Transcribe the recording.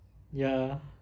ya